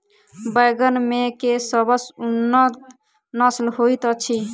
बैंगन मे केँ सबसँ उन्नत नस्ल होइत अछि?